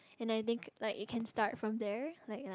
and I think like you can start from there like like